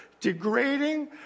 degrading